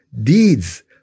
deeds